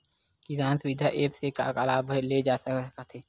किसान सुविधा एप्प से का का लाभ ले जा सकत हे?